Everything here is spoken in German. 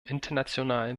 internationalen